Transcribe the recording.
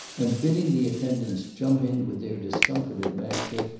and bidding the attendants jump in with their discomfited master,